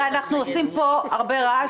הרי אנחנו עושים פה הרבה רעש,